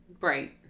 Right